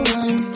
one